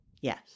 Yes